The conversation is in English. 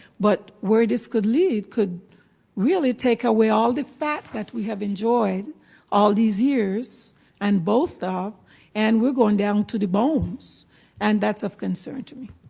but where this could lead could really take away all the fat that we have enjoyed all these years and boast off and we're going down to the bones and that's of concern to me.